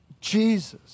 Jesus